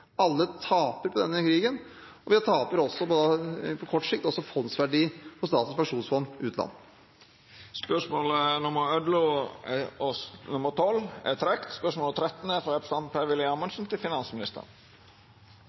alle taper på denne krigen, og vi taper på kort sikt også fondsverdi på Statens pensjonsfond utland. Dette spørsmålet er trekt tilbake. Dette spørsmålet er trekt tilbake. «Statsråden har uttalt at det ikke er